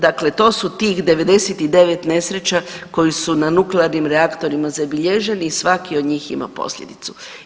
Dakle, to su tih 99 nesreća koje su na nuklearnim reaktorima zabilježeni i svaki od njih ima posljedicu.